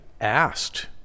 asked